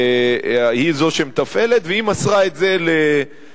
היא שמתפעלת, והיא מסרה את זה לחברה.